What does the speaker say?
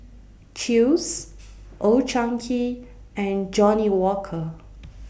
Chew's Old Chang Kee and Johnnie Walker